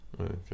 Okay